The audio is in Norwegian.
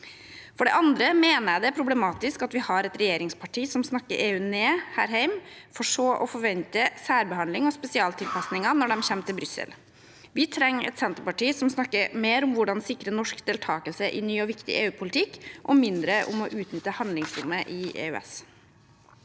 For det andre mener jeg det er problematisk at vi har et regjeringsparti som snakker EU ned her hjemme, for så å forvente særbehandling og spesialtilpasninger når de kommer til Brussel. Vi trenger et Senterparti som snakker mer om hvordan vi kan sikre norsk deltakelse i ny og viktig EU-politikk og mindre om å utnytte handlingsrommet i EØS.